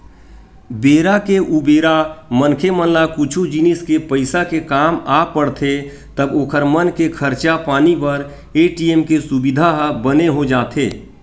बेरा के उबेरा मनखे मन ला कुछु जिनिस के पइसा के काम आ पड़थे तब ओखर मन के खरचा पानी बर ए.टी.एम के सुबिधा ह बने हो जाथे